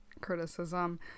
criticism